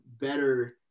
better